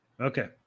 okay